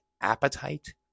appetite